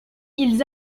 ils